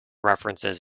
references